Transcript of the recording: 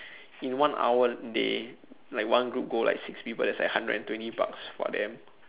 in one hour they like one group go like six people that's like hundred and twenty bucks for them